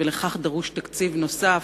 ולכך דרוש תקציב נוסף,